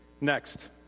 Next